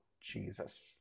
Jesus